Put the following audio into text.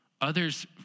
others